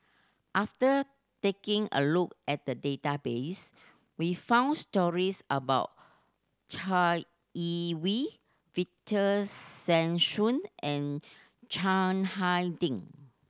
after taking a look at the database we found stories about Chai Yee Wei Victor Sassoon and Chiang Hai Ding